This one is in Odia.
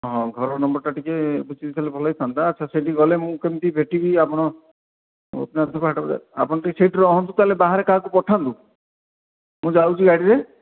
ହଉ ଘର ନମ୍ବର୍ଟା ଟିକିଏ ବୁଝିଦେଇଥିଲେ ଭଲ ହୋଇଥାନ୍ତା ଆଚ୍ଛା ସେଠିକି ଗଲେ ମୁଁ କେମିତି ଭେଟିବି ଆପଣଙ୍କ ଗୋପିନାଥପୁର ହାଟ ବଜାର ପାଖରେ ଆପଣ ଟିକିଏ ସେଇଠି ରହନ୍ତୁ ତା'ହେଲେ ବାହାରେ କାହାକୁ ପଠାନ୍ତୁ ମୁଁ ଯାଉଛି ଗାଡ଼ିରେ